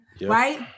right